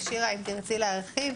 שירה, האם תרצי להרחיב?